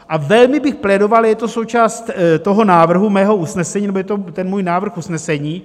A velmi bych plédoval je to součást toho návrhu mého usnesení, nebo je to ten můj návrh usnesení.